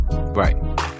right